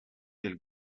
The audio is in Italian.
del